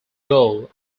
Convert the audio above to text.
goal